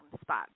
spot